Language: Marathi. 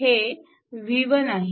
हे v1 आहे